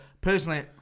personally